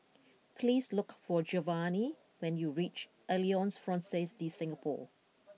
please look for Giovanny when you reach Alliance Francaise De Singapour